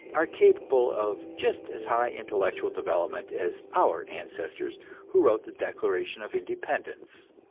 are capable of just as high intellectual development as our ancestors who wrote the declaration of independence.